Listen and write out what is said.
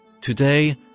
Today